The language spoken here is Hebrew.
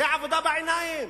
זאת עבודה בעיניים.